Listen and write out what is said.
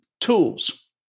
tools